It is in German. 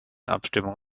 abstimmung